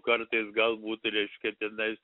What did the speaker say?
kartais galbūt reiškia tenais